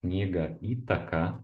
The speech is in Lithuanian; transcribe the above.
knygą įtaka